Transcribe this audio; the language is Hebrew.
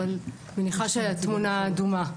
אבל אני מניחה שהתמונה דומה.